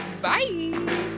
bye